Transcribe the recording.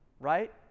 right